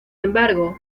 embargo